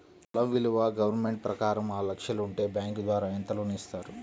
పొలం విలువ గవర్నమెంట్ ప్రకారం ఆరు లక్షలు ఉంటే బ్యాంకు ద్వారా ఎంత లోన్ ఇస్తారు?